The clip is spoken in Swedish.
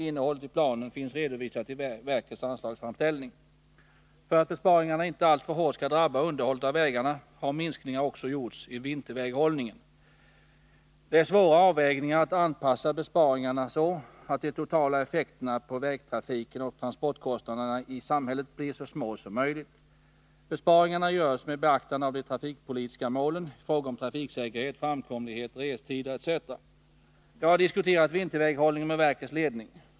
Innehållet i planen finns redovisat i verkets anslagsframställning. För att besparingarna inte alltför hårt skall drabba underhållet av vägarna har minskningar också gjorts i vinterväghållningen. Det är svåra avvägningar att anpassa besparingarna så att de totala effekterna på vägtrafiken och transportkostnaderna i samhället blir så små som möjligt. Besparingarna görs med beaktande av de trafikpolitiska målen i fråga om trafiksäkerhet, framkomlighet, restider etc. Jag har diskuterat vinterväghållningen med verkets ledning.